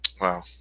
wow